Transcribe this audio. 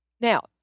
Now